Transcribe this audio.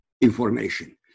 information